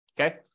Okay